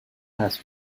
has